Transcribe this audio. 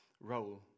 role